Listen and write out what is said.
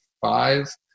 five